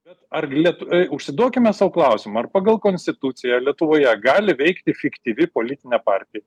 bet ar lietuva užsidėkime sau klausimą ar pagal konstituciją lietuvoje gali veikti efektyvi politinė partija